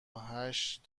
هشت